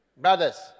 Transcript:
brothers